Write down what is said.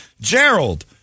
Gerald